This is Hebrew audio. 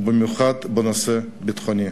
ובמיוחד בנושא הביטחוני.